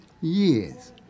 years